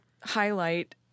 highlight